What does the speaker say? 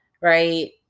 right